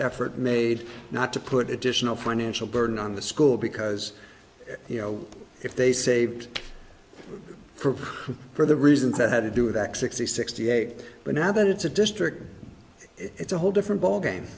effort made not to put additional financial burden on the school because you know if they saved for for the reasons that had to do that sixty sixty eight but now that it's a district it's a whole different ballgame